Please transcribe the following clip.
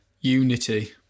unity